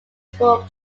support